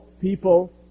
people